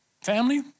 family